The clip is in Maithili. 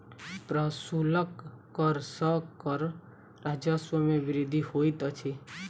प्रशुल्क कर सॅ कर राजस्व मे वृद्धि होइत अछि